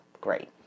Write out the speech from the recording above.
great